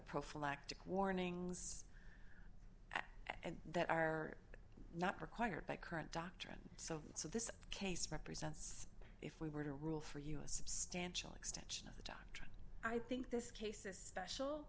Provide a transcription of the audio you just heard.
prophylactic warnings at and that are not required by current doctrine so so this case represents if we were to rule for you a substantial extension of the doctrine i think this case is special